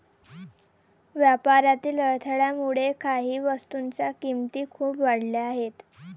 व्यापारातील अडथळ्यामुळे काही वस्तूंच्या किमती खूप वाढल्या आहेत